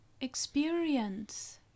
experience